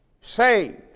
saved